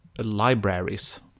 libraries